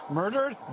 murdered